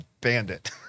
bandit